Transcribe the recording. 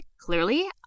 clearly